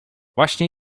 właśnie